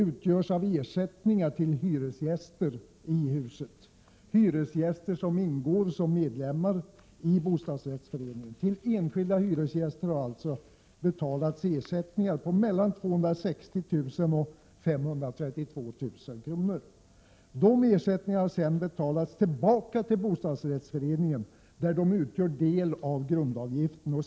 — utgjordes av ersättningar till hyresgäster i huset, hyresgäster som nu ingår som medlemmar i bostadsrättsföreningen. Det har således betalats ut ersättningar till enskilda hyresgäster på mellan 260 000 och 532 000 kr. Dessa ersättningar har sedan betalats tillbaka till bostadsrättsföreningen, där de utgör del av grundavgiften.